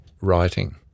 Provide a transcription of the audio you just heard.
writing